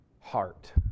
heart